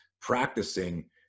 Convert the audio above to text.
practicing